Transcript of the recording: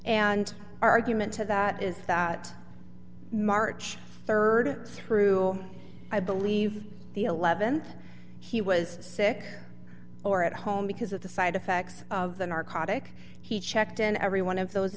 and argument to that is that march rd through i believe the th he was sick or at home because of the side effects of the narcotic he checked in every one of those